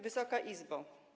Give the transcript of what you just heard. Wysoka Izbo!